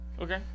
Okay